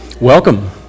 welcome